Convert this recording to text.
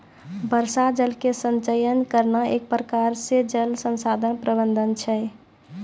वर्षा जल के संचयन करना एक प्रकार से जल संसाधन प्रबंधन छै